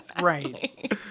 Right